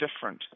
different